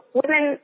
women